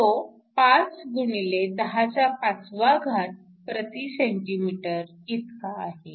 तो 5 x 105 cm 1 इतका आहे